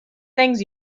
things